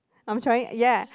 I'm trying ya